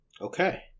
Okay